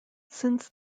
since